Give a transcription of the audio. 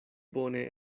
bone